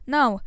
Now